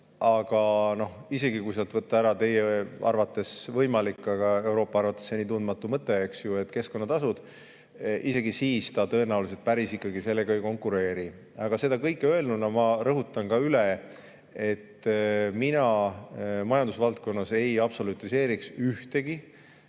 Aga isegi kui sealt võtta ära teie arvates võimalik, aga Euroopa arvates senitundmatu mõte, eks ju, keskkonnatasud, siis ta tõenäoliselt päris sellega ei konkureeri. Seda kõike öelnuna ma rõhutan ka üle, et mina majandusvaldkonnas ei absolutiseeriks ühtegi,